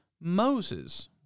Moses